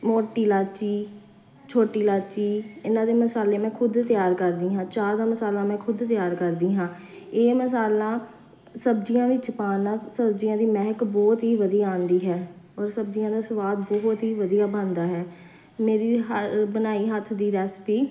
ਮੋਟੀ ਇਲਾਇਚੀ ਛੋਟੀ ਇਲਾਇਚੀ ਇਹਨਾਂ ਦੇ ਮਸਾਲੇ ਮੈਂ ਖੁਦ ਤਿਆਰ ਕਰਦੀ ਹਾਂ ਚਾਹ ਦਾ ਮਸਾਲਾ ਮੈਂ ਖੁਦ ਤਿਆਰ ਕਰਦੀ ਹਾਂ ਇਹ ਮਸਾਲਾ ਸਬਜ਼ੀਆਂ ਵਿੱਚ ਪਾਉਣ ਨਾਲ ਸਬਜ਼ੀਆਂ ਦੀ ਮਹਿਕ ਬਹੁਤ ਹੀ ਵਧੀਆ ਆਉਂਦੀ ਹੈ ਔਰ ਸਬਜ਼ੀਆਂ ਦਾ ਸਵਾਦ ਬਹੁਤ ਹੀ ਵਧੀਆ ਬਣਦਾ ਹੈ ਮੇਰੀ ਹ ਬਣਾਈ ਹੱਥ ਦੀ ਰੈਸਪੀ